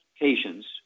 patients